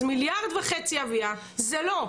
אז מיליארד וחצי אביה זה לא.